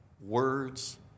words